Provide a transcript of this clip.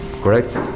Correct